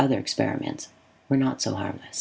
other experiments were not so har